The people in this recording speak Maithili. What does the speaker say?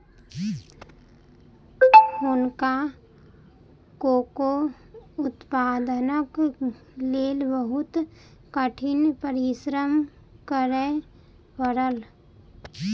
हुनका कोको उत्पादनक लेल बहुत कठिन परिश्रम करय पड़ल